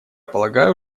полагаю